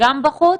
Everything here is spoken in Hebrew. גם בחוץ